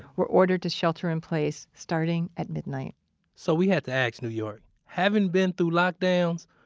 were ordered to shelter in place starting at midnight so we had to ask new york, having been through lockdowns,